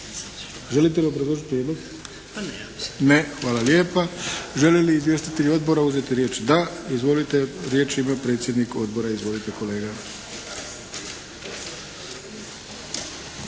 Želite li obrazložiti prijedlog? Ne. Hvala lijepa. Želi li izvjestitelji odbora uzeti riječ? Da. Izvolite. Riječ ima predsjednik Odbora. Izvolite kolega.